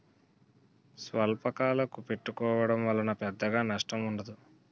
స్వల్పకాలకు పెట్టుకోవడం వలన పెద్దగా నష్టం ఉండదు